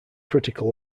critical